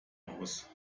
aus